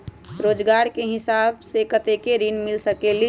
रोजगार के हिसाब से कतेक ऋण मिल सकेलि?